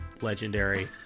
legendary